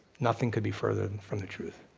nothing could be further from the truth.